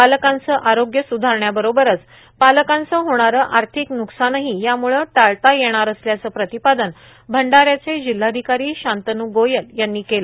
बालकांचं आरोग्य सुधारण्याबरोबरच पालकांचं होणारं आर्थिक न्र्कसानहां याम्रळं टाळता येणार असल्याचं प्र्रातपादन भंडाऱ्याचे जिल्हाधिकारां शांतनू गोयल यांनी केलं